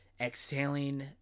exhaling